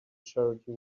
charity